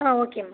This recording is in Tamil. ஆஹ் ஓகே மா